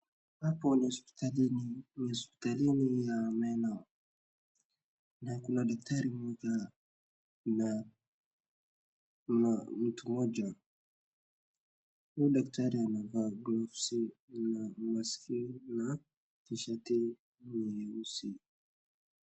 Hapo ni hospitalini, ni hospitalini ya meno na kuna daktari moja na mtu moja, huyu daktari amevaa glovsi na maski na tisheti nyeusi.